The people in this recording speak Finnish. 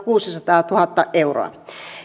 kuusisataatuhatta euroa